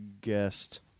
guest